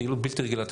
פעילות בלתי רגילה,